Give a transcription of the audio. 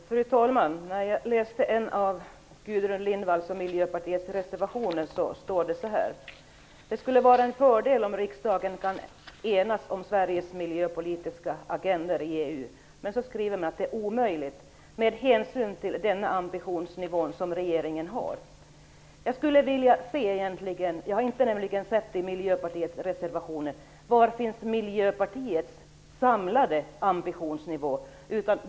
Fru talman! I en av Miljöpartiets reservationer står det att det skulle vara en fördel om riksdagen kan enas om Sveriges miljöpolitiska agendor i EU. Senare skriver man att det är omöjligt med hänsyn till den ambitionsnivå som regeringen har. Jag har egentligen inte i Miljöpartiets reservationer kunnat se vilka partiets samlade ambitioner är.